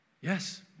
Yes